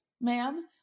ma'am